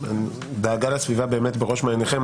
דאגה לסביבה באמת בראש מעייניכם.